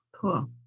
Cool